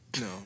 No